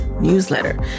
newsletter